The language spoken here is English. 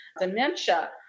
dementia